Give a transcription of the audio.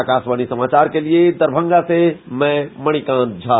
आकाशवाणी समाचार के लिए दरभंगा से मैं मणिकांत झा